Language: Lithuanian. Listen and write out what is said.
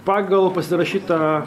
pagal pasirašytą